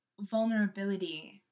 vulnerability